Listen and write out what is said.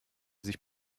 sich